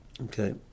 Okay